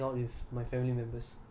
ya of course